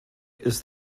ist